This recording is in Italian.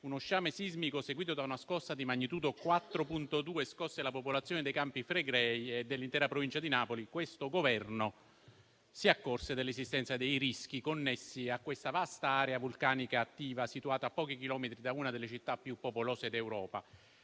uno sciame sismico seguito da una scossa di magnitudo 4.2 scosse la popolazione dei Campi Flegrei e dell'intera Provincia di Napoli, questo Governo si accorse dell'esistenza dei rischi connessi a questa vasta area vulcanica attiva, situata a pochi chilometri da una delle città più popolose d'Europa.